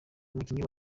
umukinnyi